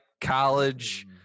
college